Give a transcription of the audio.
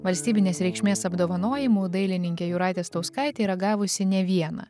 valstybinės reikšmės apdovanojimų dailininkė jūratė stauskaitė yra gavusi ne vieną